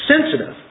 sensitive